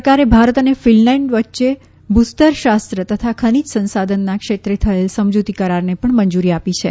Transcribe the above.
સરકારે ભારત અને ફિનલેન્ડ વચ્ચે ભૂસ્તરશારુક તથા ખનિજ સંશાધનના ક્ષેત્રે થયેલ સમજૂતી કરારને પણ મંજૂરી આપી છે